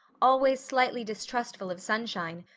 always slightly distrustful of sunshine,